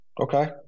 Okay